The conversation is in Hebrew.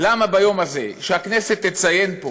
למה ביום הזה, שהכנסת תציין פה